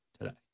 today